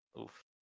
Oof